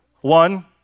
one